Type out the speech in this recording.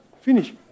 Finish